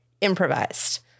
improvised